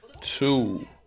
two